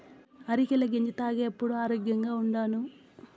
అరికెల గెంజి తాగేప్పుడే ఆరోగ్యంగా ఉండాను